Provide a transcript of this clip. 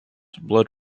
blood